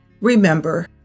Remember